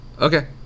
Okay